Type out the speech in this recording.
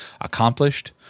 accomplished